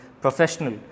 professional